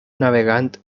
navegant